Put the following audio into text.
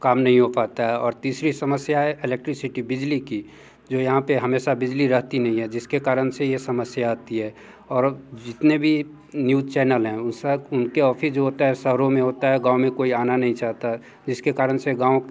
काम नहीं हो पाता है और तीसरी समस्या है एलेक्ट्रिसिटी बिजली की जो यहाँ पर हमेशा बिजली रहती नहीं है जिसके कारण से ये समस्या आती है और जितने भी न्यूज चैनल हैं उसरत उनके ऑफिस जो होता है शहरों में होता है गाँव में कोई आना नहीं चाहता है जिसके कारण से गाँव